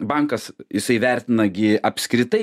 bankas jisai vertina gi apskritai